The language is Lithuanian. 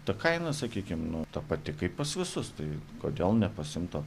ta kaina sakykim nu ta pati kaip pas visus tai kodėl nepasiimt to